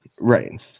right